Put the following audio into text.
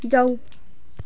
जाऊ